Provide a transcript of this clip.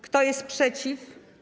Kto jest przeciw?